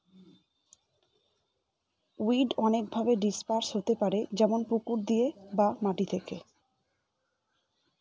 weed অনেকভাবে disperse হতে পারে যেমন পুকুর দিয়ে বা মাটি থেকে